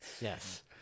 Yes